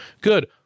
Good